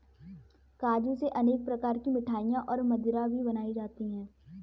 काजू से अनेक प्रकार की मिठाईयाँ और मदिरा भी बनाई जाती है